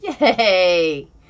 yay